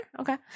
Okay